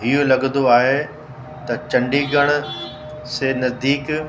हीउ लॻंदो आहे त चंडीगढ़ से नज़दीक